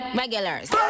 regulars